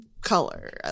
color